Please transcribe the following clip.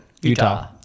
Utah